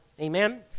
Amen